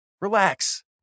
Relax